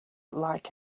like